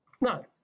No